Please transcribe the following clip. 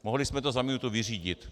Mohli jsme to za minutu vyřídit.